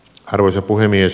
arvoisa puhemies